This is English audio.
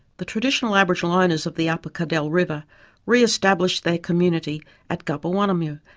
the traditional aboriginal owners of the upper cadell river re-established their community at kapawanamyu,